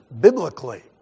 biblically